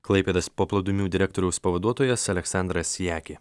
klaipėdos paplūdimių direktoriaus pavaduotojas aleksandras jakė